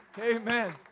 Amen